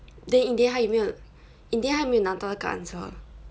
then in the end 还有没有 in the end 还有没有拿到那个 answer